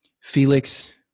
Felix